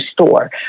store